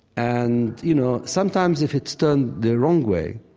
and you know, sometimes if it's turned the wrong way,